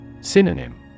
Synonym